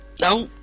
No